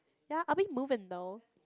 ya are we moving though